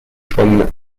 from